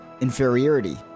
inferiority